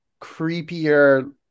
creepier